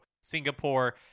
Singapore